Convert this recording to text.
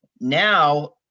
Now